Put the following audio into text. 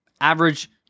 average